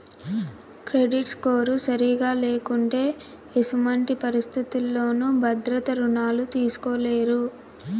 credit score సరిగా లేకుంటే ఎసుమంటి పరిస్థితుల్లోనూ భద్రత రుణాలు తీస్కోలేరు